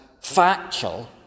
factual